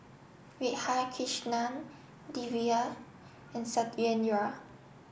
Radhakrishnan Devi and Satyendra